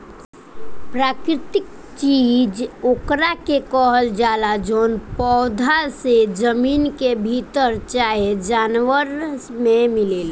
प्राकृतिक चीज ओकरा के कहल जाला जवन पौधा से, जमीन के भीतर चाहे जानवर मे मिलेला